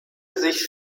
sich